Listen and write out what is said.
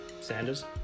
Sanders